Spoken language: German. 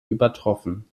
übertroffen